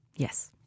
Yes